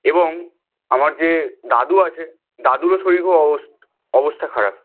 এবং আমার যে দাদু আছে দাদুরও শরীরের খুব অবস্থা খারাপ